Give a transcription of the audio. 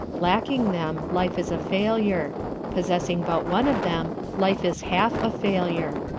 lacking them, life is a failure possessing but one of them, life is half a failure.